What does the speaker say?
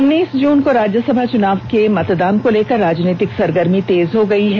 उन्नीस जून को राज्यसभा चुनाव के मतदान को लेकर राजनीतिक सरगर्मी तेज हो गई है